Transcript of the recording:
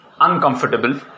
uncomfortable